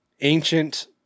ancient